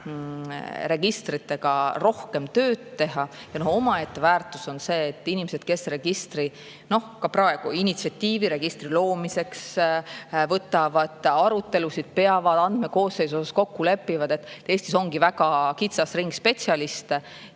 Eestis ongi väga kitsas ring spetsialiste